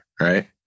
right